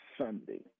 Sunday